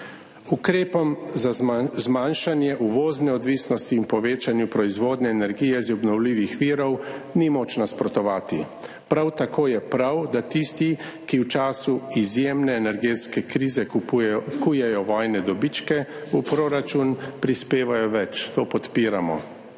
Ukrepom za zmanjšanje uvozne odvisnosti in povečanju proizvodnje energije iz obnovljivih virov ni moč nasprotovati, prav tako je prav, da tisti, ki v času izjemne energetske krize kujejo vojne dobičke v proračun prispevajo več. To podpiramo.